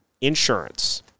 insurance